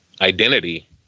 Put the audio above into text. identity